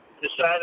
decided